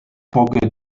forget